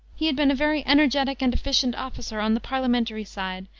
he had been a very energetic and efficient officer on the parliamentary side,